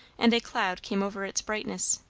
and a cloud came over its brightness.